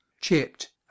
chipped